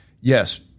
yes